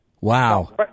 Wow